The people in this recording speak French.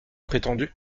prétendu